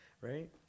right